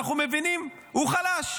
אנחנו מבינים, הוא חלש,